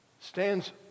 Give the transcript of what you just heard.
stands